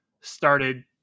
started